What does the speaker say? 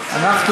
אבל למה, ליצמן?